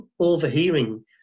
overhearing